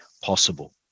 possible